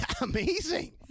amazing